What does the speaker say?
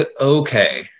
okay